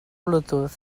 bluetooth